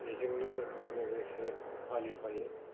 बेजोंनो लोगोसे फालिफायो